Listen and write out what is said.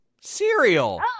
Cereal